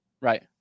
right